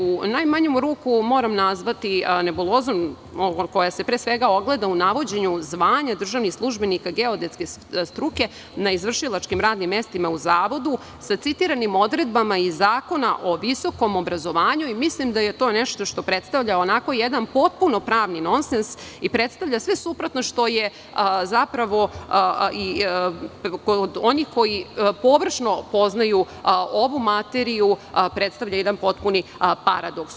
U najmanju ruku, moram nazvati "nebulozom", ovom koja se pre svega ogleda u navođenju zvanja državnih službenika geodetske struke na izvršilačkim radnim mestima u Zavodu sa citiranim odredbama iz Zakona o visokom obrazovanju i mislim da je to nešto što predstavlja onako jedan potpuno pravni nonsens i predstavlja sve suprotno što je zapravo i kod onih koji površno poznaju ovu materiju, predstavlja jedan potpuni paradoks.